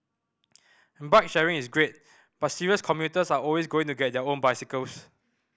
bike sharing is great but serious commuters are always going to get their own bicycles